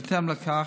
בהתאם לכך,